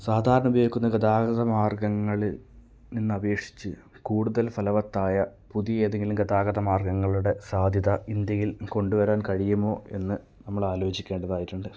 സാധാരണ ഉപയോഗിക്കുന്ന ഗതാഗത മാർഗ്ഗങ്ങളിൽ നിന്ന് അപേക്ഷിച്ച് കൂടുതൽ ഫലവർത്തായ പുതിയ ഏതെങ്കിലും ഗതാഗത മാർഗ്ഗങ്ങളുടെ സാധ്യത ഇന്ത്യയിൽ കൊണ്ടുവരാൻ കഴിയുമോ എന്ന് നമ്മൾ ആലോചിക്കേണ്ടതായിട്ടുണ്ട്